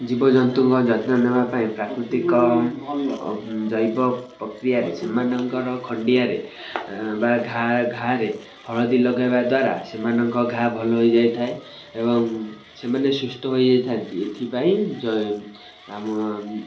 ଜୀବଜନ୍ତୁଙ୍କ ଯତ୍ନ ନେବା ପାଇଁ ପ୍ରାକୃତିକ ଜୈବ ପ୍ରକ୍ରିୟାରେ ସେମାନଙ୍କର ଖଣ୍ଡିଆରେ ବା ଘା ଘା ରେ ହଳଦୀ ଲଗାଇବା ଦ୍ୱାରା ସେମାନଙ୍କ ଘା ଭଲ ହେଇଯାଇଥାଏ ଏବଂ ସେମାନେ ସୁସ୍ଥ ହୋଇଯାଇଥାନ୍ତି ଏଥିପାଇଁ ଜୈ ଆମ